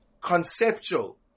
conceptual